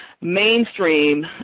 mainstream